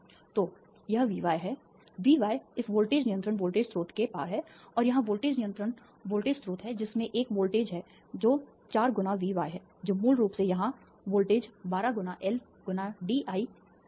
तो यह V y है V y इस वोल्टेज नियंत्रण वोल्टेज स्रोत के पार है और यहां वोल्टेज नियंत्रण वोल्टेज स्रोत है जिसमें एक वोल्टेज है जो चार गुना vy है जो मूल रूप से यहां वोल्टेज 12 गुना L गुना dI 1 वास्तव में dt है